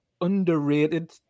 underrated